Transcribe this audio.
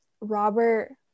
robert